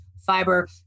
fiber